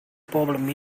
problems